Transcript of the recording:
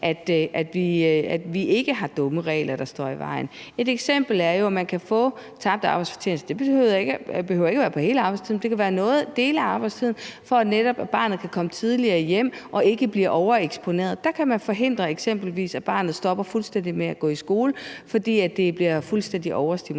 at vi ikke har dumme regler, der står i vejen. Et eksempel er jo, at man kan få dækket tabt arbejdsfortjeneste. Og det behøver jo ikke at være for hele arbejdstiden, det kan være for dele af arbejdstiden, netop for at barnet kan komme tidligere hjem og ikke bliver overeksponeret. Der kan man eksempelvis forhindre, at barnet stopper fuldstændig med at gå i skole, fordi det bliver fuldstændig overstimuleret.